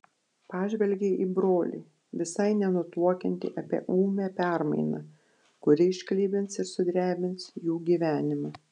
pažvelgė į brolį visai nenutuokiantį apie ūmią permainą kuri išklibins ir sudrebins jų gyvenimą